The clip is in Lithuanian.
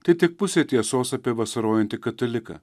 tai tik pusė tiesos apie vasarojantį kataliką